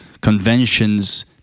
conventions